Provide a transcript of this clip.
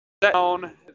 down